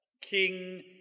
King